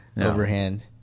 overhand